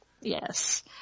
yes